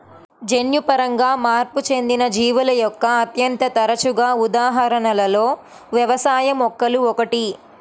జన్యుపరంగా మార్పు చెందిన జీవుల యొక్క అత్యంత తరచుగా ఉదాహరణలలో వ్యవసాయ మొక్కలు ఒకటి